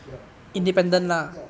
ya 我不太要